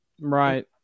Right